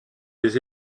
des